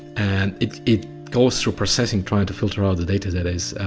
and it it goes through processing trying to filter out the data that is